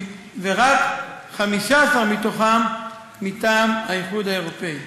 ורק 15 מהם מטעם האיחוד האירופי.